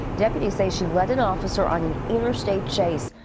deputies say she led an officer on an interstate chase.